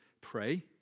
pray